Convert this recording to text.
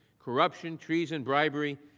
corruption, treason, bribery,